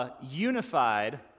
unified